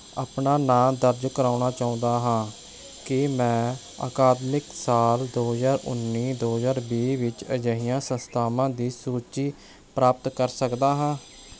ਆਪਣਾ ਨਾਂ ਦਰਜ ਕਰਾਉਣਾ ਚਾਹੁੰਦਾ ਹਾਂ ਕੀ ਮੈਂ ਅਕਾਦਮਿਕ ਸਾਲ ਦੋ ਹਜ਼ਾਰ ਉੱਨੀ ਦੋ ਹਜ਼ਾਰ ਵੀਹ ਵਿੱਚ ਅਜਿਹੀਆਂ ਸੰਸਥਾਵਾਂ ਦੀ ਸੂਚੀ ਪ੍ਰਾਪਤ ਕਰ ਸਕਦਾ ਹਾਂ